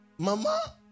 Mama